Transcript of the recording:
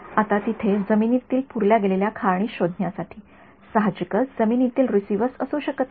आता तेथे जमिनीतील पुरल्या गेलेल्या खाणी शोधण्यासाठी साहजिकच जमिनीखाली रिसीव्हर्स असू शकत नाहीत